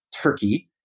Turkey